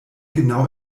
genau